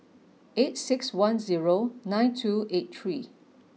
eight six one zero nine two eight three